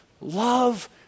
love